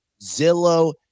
Zillow